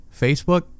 Facebook